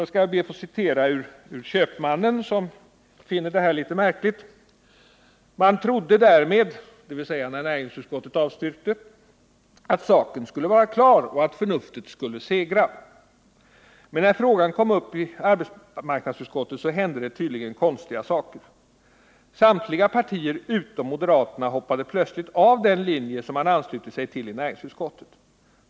Jag skall be att få anföra ett citat ur tidskriften Fri Köpenskap, som finner handläggningen något märklig: ”Man trodde därmed” —dvs. efter näringsutskottets avstyrkan —”att saken skulle vara klar och att förnuftet skulle segra. Men när frågan kom upp i arbetsmarknadsutskottet hände det konstiga saker! Samtliga partier utom moderaterna hoppade plötsligt av den linje som man anslutit sig till i näringsutskottet.